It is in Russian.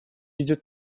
идет